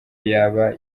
yaba